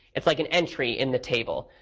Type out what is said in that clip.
it's like an entry in the table.